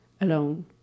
alone